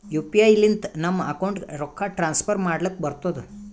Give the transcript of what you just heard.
you P I ಲಿಂತ ನಮ್ ಅಕೌಂಟ್ಗ ರೊಕ್ಕಾ ಟ್ರಾನ್ಸ್ಫರ್ ಮಾಡ್ಲಕ್ ಬರ್ತುದ್